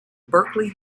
berkeley